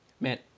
man